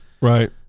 right